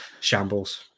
shambles